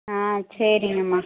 ஆ சரிங்கம்மா